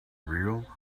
real